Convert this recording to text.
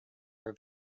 are